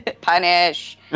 punish